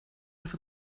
have